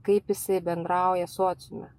kaip jisai bendrauja sociume